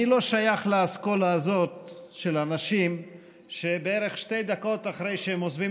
אני לא שייך לאסכולה הזאת של אנשים שבערך שתי דקות אחרי שהם עוזבים